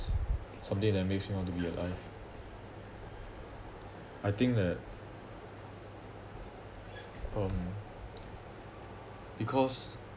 something that makes me want to be alive I think that um because